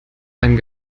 einen